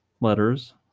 letters